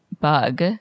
bug